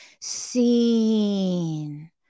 seen